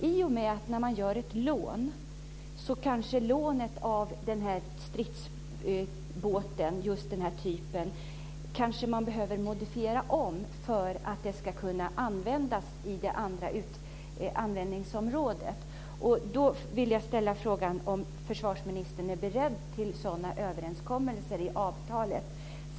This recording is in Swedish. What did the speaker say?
I och med att man lånar en stridsbåt av den här typen kanske man behöver modifiera den för att den ska kunna användas på det andra användningsområdet. Då vill jag ställa frågan om försvarsministern är beredd till sådana överenskommelser i avtalet.